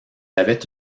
avait